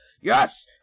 Yes